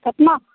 कतना